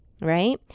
Right